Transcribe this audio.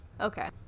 Okay